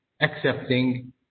accepting